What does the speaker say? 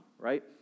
right